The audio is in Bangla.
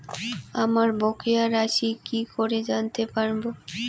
আমার বকেয়া রাশি কি করে জানতে পারবো?